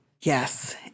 Yes